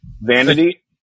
Vanity